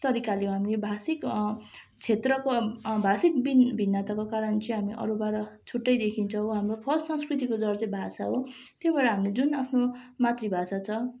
तरिकाले हामीले भाषिक क्षेत्रको भाषिक भिन् भिन्नताको कारण चाहिँ अरूबाट छुट्टै देखिन्छौँ हाम्रो फर्स्ट संस्कृतिको जड चाहिँ भाषा हो त्यो भएर हामीले जुन आफ्नो मातृभाषा छ